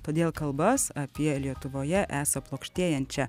todėl kalbas apie lietuvoje esą plokštėjančią